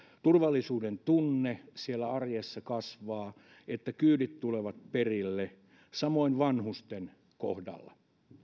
turvallisuudentunne arjessa kasvaa ja jotta kyydit tulevat perille samoin vanhusten kohdalla